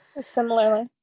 Similarly